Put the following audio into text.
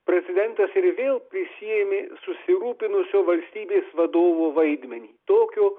prezidentas ir vėl prisiėmė susirūpinusio valstybės vadovo vaidmenį tokio